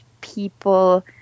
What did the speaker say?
people